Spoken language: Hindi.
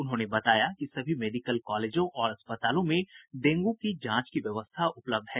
उन्होंने बताया कि सभी मेडिकल कॉलेजों और अस्पतालों में डेंगू की जांच की व्यवस्था उपलब्ध है